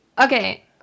okay